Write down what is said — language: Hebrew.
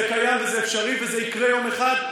זה קיים וזה אפשרי וזה יקרה יום אחד,